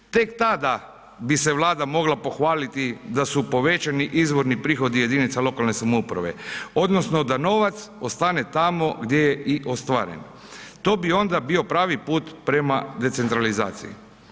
Tek tada bi se Vlada mogla pohvaliti da su povećani izvorni prihodi jedinica lokalne samouprave odnosno da novac ostane tamo gdje je i ostvaren, to bi onda bio pravi put prema decentralizaciji.